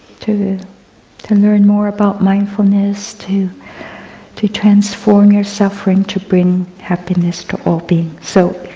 to to learn more about mindfulness, to to transform your suffering, to bring happiness to all beings. so,